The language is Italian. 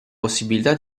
possibilità